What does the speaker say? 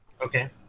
Okay